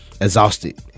exhausted